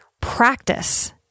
Practice